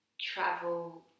travel